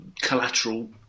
collateral